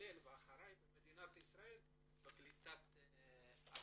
המתכלל והאחראי במדינת ישראל על קליטת עליה.